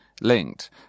linked